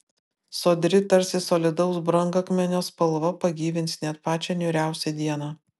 sodri tarsi solidaus brangakmenio spalva pagyvins net pačią niūriausią dieną